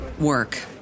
work